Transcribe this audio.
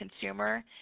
consumer